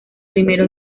primero